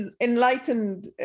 enlightened